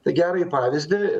tą gerąjį pavyzdį